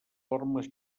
formes